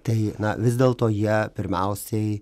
tai na vis dėlto jie pirmiausiai